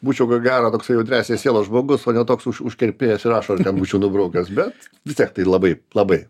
būčiau ko gero toksai jautresnės sielos žmogus o ne toks užkerpėjęs ir ašarą ten būčiau nubraukęs bet vis tiek tai labai labai